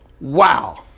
Wow